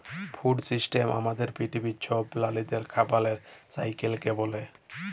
food system আমাদের পিথিবীর ছব প্রালিদের খাবারের সাইকেলকে ব্যলে